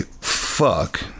fuck